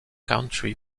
country